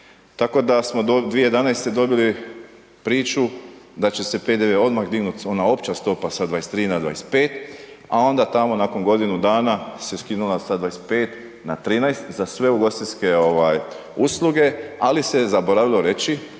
Tako da smo 2011. dobili priču da će se PDV odmah dignut ona opća stopa sa 23 na 25, a onda tamo nakon godinu dana se skinula sa 25 na 13 za sve ugostiteljske usluge, ali se je zaboravilo reći